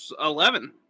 Eleven